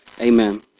Amen